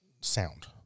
sound